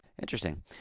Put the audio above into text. Interesting